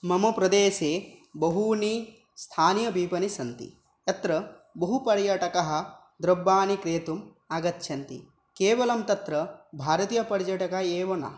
मम प्रदेशे बहूनि स्थानीयविपणयः सन्ति तत्र बहु पर्यटकाः द्रव्याणि क्रेतुम् आगच्छन्ति केवलं तत्र भारतीयपर्यटकः एव न